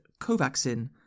Covaxin